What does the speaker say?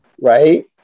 Right